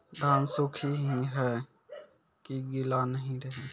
धान सुख ही है की गीला नहीं रहे?